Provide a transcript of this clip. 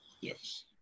Yes